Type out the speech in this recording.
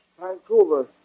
Vancouver